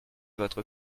votre